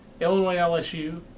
Illinois-LSU